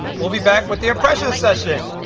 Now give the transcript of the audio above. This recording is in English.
we'll be back with the impression session